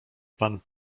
pan